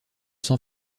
san